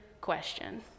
question